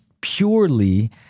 purely